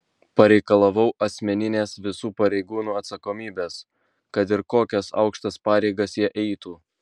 pareikalavau asmeninės visų pareigūnų atsakomybės kad ir kokias aukštas pareigas jie eitų